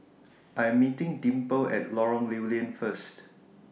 I Am meeting Dimple At Lorong Lew Lian First